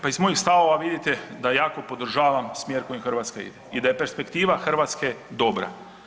Pa iz mojih stavova vidite da jako podržavam smjer kojim Hrvatska ide i da je perspektiva Hrvatske dobra.